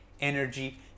energy